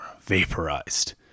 vaporized